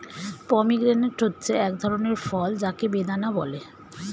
pomegranate হচ্ছে এক ধরনের ফল যাকে বেদানা বলে